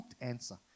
answer